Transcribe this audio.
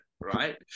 right